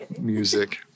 music